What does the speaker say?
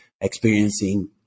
experiencing